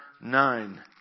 nine